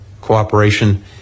cooperation